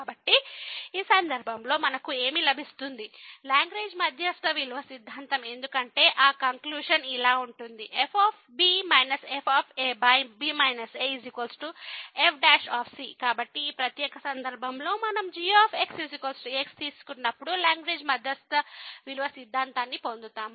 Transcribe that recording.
కాబట్టి ఈ సందర్భంలో మనకు ఏమి లభిస్తుంది లాగ్రేంజ్ మధ్యస్థ విలువ సిద్ధాంతం ఎందుకంటే ఆ కంక్లూజన్ ఇలా ఉంటుంది fb fb afc కాబట్టి ఈ ప్రత్యేక సందర్భంలో మనం g x తీసుకున్నప్పుడు లాగ్రేంజ్ మధ్యస్థ విలువ సిద్ధాంతాన్ని పొందుతాము